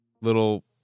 little